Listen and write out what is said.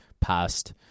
past